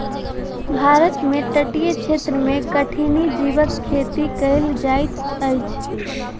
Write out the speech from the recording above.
भारत में तटीय क्षेत्र में कठिनी जीवक खेती कयल जाइत अछि